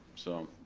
so